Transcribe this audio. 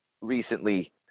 recently